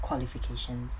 qualifications